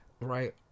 right